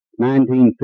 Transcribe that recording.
1950